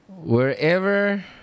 Wherever